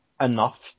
enough